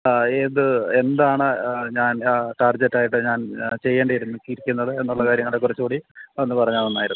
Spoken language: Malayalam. ഏത് എന്താണ് ഞാൻ ടാർജറ്റായിട്ട് ഞാൻ ചെയ്യേണ്ടിയിരിക്കുന്നെ ഇരിക്കുന്നത് എന്നുള്ള കാര്യങ്ങളെക്കുറിച്ച് കൂടി ഒന്ന് പറഞ്ഞാൽ നന്നായിരുന്നു